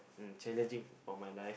um challenging for my life